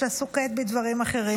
שעסוק כעת בדברים אחרים,